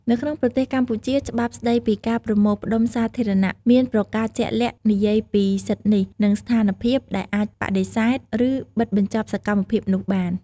នៅក្នុងប្រទេសកម្ពុជា ច្បាប់ស្តីពីការប្រមូលផ្ដុំសាធារណៈ មានប្រការជាក់លាក់និយាយពីសិទ្ធិនេះ និងស្ថានភាពដែលអាចបដិសេធ ឬ បិទបញ្ចប់សកម្មភាពនោះបាន។